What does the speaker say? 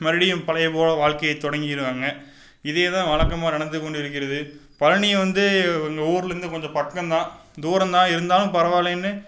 மறுபடியும் பழையை போல் வாழ்க்கையை தொடங்கிருவாங்க இதேதான் வழக்கமாக நடந்துக் கொண்டிருக்கிறது பழனி வந்து இங்கே ஊர்லேருந்து கொஞ்சம் பக்கம் தான் தூரம் தான் இருந்தாலும் பரவாயில்லைன்னு